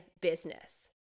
business